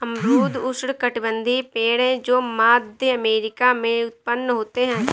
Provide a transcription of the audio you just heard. अमरूद उष्णकटिबंधीय पेड़ है जो मध्य अमेरिका में उत्पन्न होते है